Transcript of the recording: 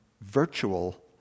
virtual